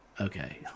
okay